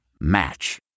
Match